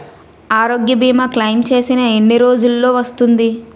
ఆరోగ్య భీమా క్లైమ్ చేసిన ఎన్ని రోజ్జులో వస్తుంది?